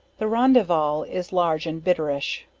the rondeheval, is large and bitterish.